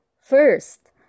First